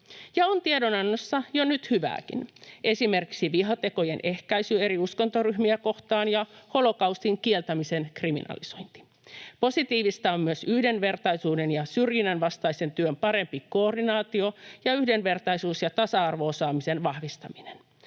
on tiedonannossa jo nyt hyvääkin, esimerkiksi vihatekojen ehkäisy eri uskontoryhmiä kohtaan ja holokaustin kieltämisen kriminalisointi. Positiivista on myös yhdenvertaisuuden ja syrjinnän vastaisen työn parempi koordinaatio ja yhdenvertaisuus ja tasa-arvo-osaamisen vahvistaminen.